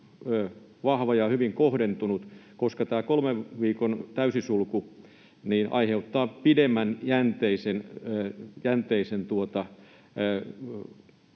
vahva ja hyvin kohdentunut, koska tämä kolmen viikon täysi sulku aiheuttaa pidempijänteisen